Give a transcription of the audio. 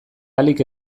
ahalik